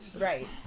Right